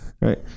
Right